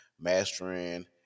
mastering